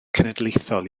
cenedlaethol